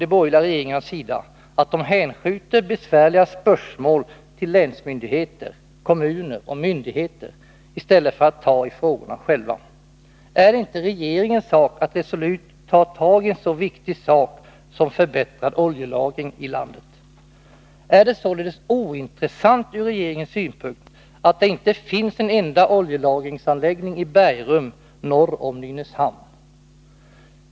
De borgerliga regeringarna hänskjuter besvärliga spörsmål till länsmyndigheter, kommuner och kommunmyndigheter i stället för att ta i frågorna själva. Är det inte regeringens sak att resolut ta tag i en så viktig fråga som den som gäller en förbättrad oljelagring i landet? Är det således ointressant från regeringens synpunkt att det inte finns en enda oljelagringsanläggning i bergrum norr om Nynäshamn?